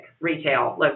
retail